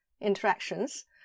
interactions